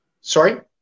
sorry